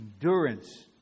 endurance